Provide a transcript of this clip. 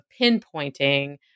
pinpointing